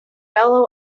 bellow